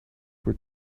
were